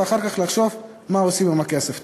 ואחר כך לחשוב מה עושים עם הכסף.